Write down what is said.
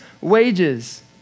wages